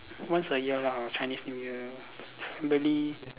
once a year lah Chinese new year normally